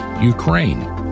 ukraine